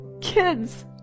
kids